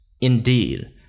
indeed